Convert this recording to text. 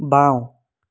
বাওঁ